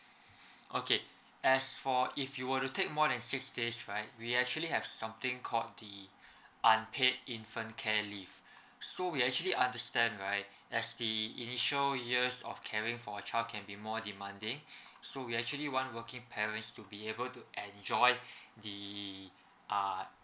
okay as for if you were to take more than six days right we actually have something called the unpaid infant care leave so we actually understand right as the initial years of caring for a child can be more demanding so we actually want working parents to be able to enjoy the uh